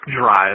drive